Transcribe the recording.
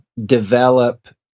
develop